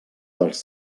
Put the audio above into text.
dels